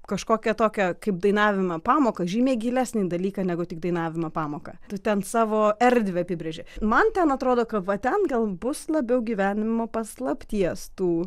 kažkokią tokią kaip dainavimą pamoką žymiai gilesnį dalyką negu tik dainavimo pamoką tu ten savo erdvę apibrėži man ten atrodo kava ten gal bus labiau gyvenimo paslapties tų